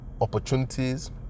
opportunities